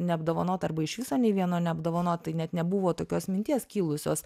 neapdovanot arba išviso nei vieno neapdovanot tai net nebuvo tokios minties kilusios